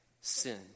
sin